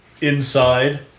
inside